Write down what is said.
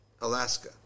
Alaska